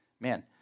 Man